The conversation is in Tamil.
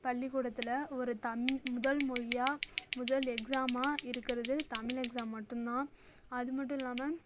பள்ளிக்கூடத்தில் ஒரு தம் முதல் மொழியாக முதல் எக்ஸாமாக இருக்கிறது தமிழ் எக்ஸாம் மட்டும் தான் அது மட்டும் இல்லாமல்